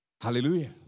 Hallelujah